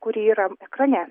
kuri yra ekrane